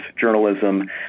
journalism